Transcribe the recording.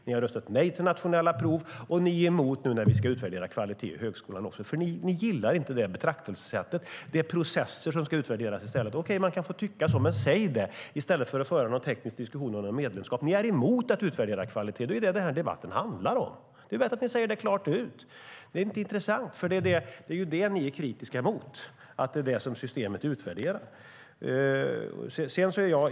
Ni har röstat nej till nationella prov, och ni är emot nu när vi också ska utvärdera kvalitet i högskolan. Ni gillar inte det betraktelsesättet. Det är processer som ska utvärderas i stället. Man kan tycka så, men säg då det i stället för att föra en teknisk om medlemskap. Ni är emot att utvärdera kvalitet. Det är vad debatten handlar om. Det är bättre att ni säger det klart ut. Det är inte intressant. Vad ni är kritiska mot är att det är vad systemet utvärderar.